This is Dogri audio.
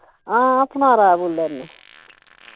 आं सनेरा बोल्ला नै